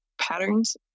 patterns